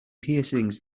piercings